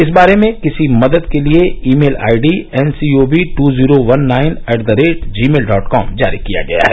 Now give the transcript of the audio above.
इस बारे में किसी मदद के लिए email ID N C O V two zero one nine at the rate Gmail dot com जारी किया गया है